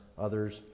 others